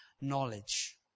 knowledge